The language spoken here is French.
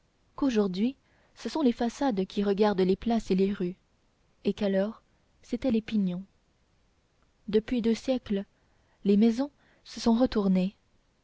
qu'aujourd'hui ce sont les façades qui regardent les places et les rues et qu'alors c'étaient les pignons depuis deux siècles les maisons se sont retournées